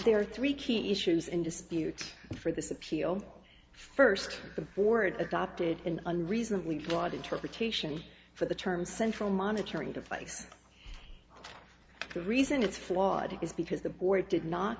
there are three key issues in dispute for this appeal first the board adopted an unreasonably flawed interpretation for the term central monitoring device reason it's flawed is because the board did not